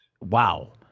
wow